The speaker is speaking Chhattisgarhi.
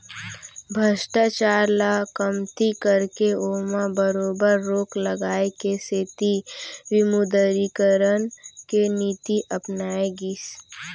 भस्टाचार ल कमती करके ओमा बरोबर रोक लगाए के सेती विमुदरीकरन के नीति अपनाए गिस